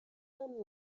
some